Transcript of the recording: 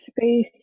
space